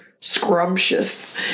scrumptious